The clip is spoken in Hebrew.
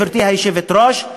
גברתי היושבת-ראש,